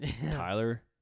Tyler